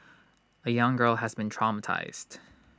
A young girl has been traumatised